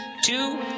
two